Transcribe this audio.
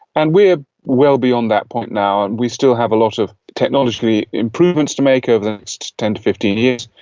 and we are well beyond that point now and we still have a lot of technology improvements to make over the next ten fifteen years,